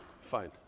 Fine